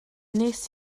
nes